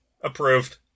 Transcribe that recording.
Approved